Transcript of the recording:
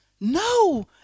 no